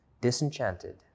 disenchanted